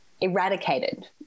eradicated